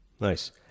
Nice